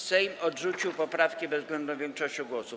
Sejm odrzucił poprawki bezwzględną większością głosów.